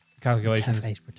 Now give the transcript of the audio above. calculations